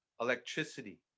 electricity